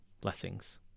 Blessings